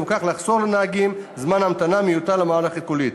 וכך לחסוך לנהגים זמן המתנה מיותר למערכת הקולית.